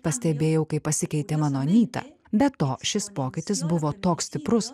pastebėjau kaip pasikeitė mano anyta be to šis pokytis buvo toks stiprus